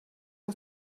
you